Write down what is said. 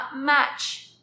match